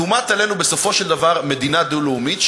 תומט עלינו בסופו של דבר מדינה דו-לאומית,